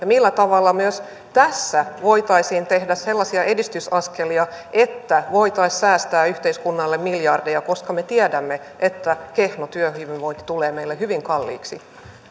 millä tavalla myös tässä voitaisiin tehdä sellaisia edistysaskelia että voitaisiin säästää yhteiskunnalle miljardeja koska me tiedämme että kehno työhyvinvointi tulee meille hyvin kalliiksi